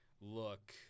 look